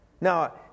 Now